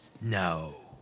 No